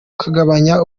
kagabanya